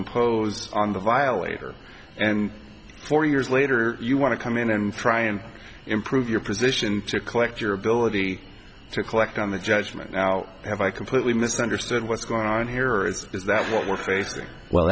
impose on the violator and four years later you want to come in and try and improve your position to collect your ability to collect on the judgment now have i completely misunderstood what's going on here is is that what we're facing well